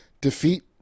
defeat